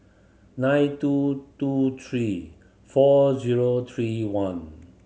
nine two two three four zero three one